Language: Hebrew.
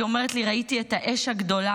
והיא אומרת לי: ראיתי את האש הגדולה,